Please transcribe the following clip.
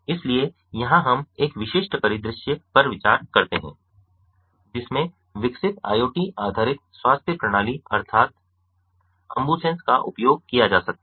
इसलिए यहां हम एक विशिष्ट परिदृश्य पर विचार करते हैं जिसमें विकसित IoT आधारित स्वास्थ्य प्रणाली अर्थात् अम्बुसेन्स का उपयोग किया जा सकता है